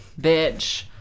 bitch